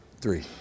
three